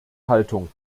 haltung